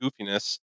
goofiness